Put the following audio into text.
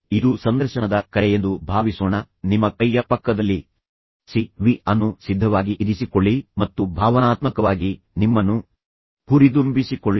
ಇದು ಸಂದರ್ಶನದ ಕರೆ ಎಂದು ಭಾವಿಸೋಣ ನಿಮ್ಮ ಕೈಯ ಪಕ್ಕದಲ್ಲಿ CV ಅನ್ನು ಸಿದ್ಧವಾಗಿ ಇರಿಸಿಕೊಳ್ಳಿ ಮತ್ತು ನಂತರ ನೀವು ನಿಮ್ಮನ್ನು ಹೇಗೆ ಪ್ರಸ್ತುತಪಡಿಸಬೇಕು ಎಂಬುದನ್ನು ನೆನಪಿಡಿ ನೀವು ಏನು ಹೇಳಬೇಕು ಎಂಬುದನ್ನು ನೆನಪಿಡಿ ಮತ್ತು ನಂತರ ಭಾವನಾತ್ಮಕವಾಗಿ ನಿಮ್ಮನ್ನು ಹುರಿದುಂಬಿಸಿಕೊಳ್ಳಿ